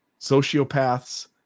sociopaths